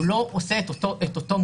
הוא לא עושה את אותו מוצר,